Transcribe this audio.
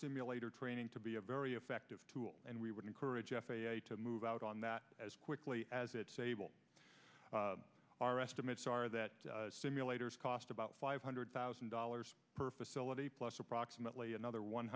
simulator training to be a very effective tool and we would encourage f a a to move out on that as quickly as it's able our estimates are that simulators cost about five hundred thousand dollars per facility plus approximately another one